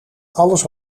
alles